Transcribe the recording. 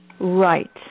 Right